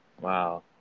wow